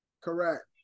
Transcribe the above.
Correct